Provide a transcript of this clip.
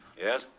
Yes